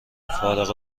فارغ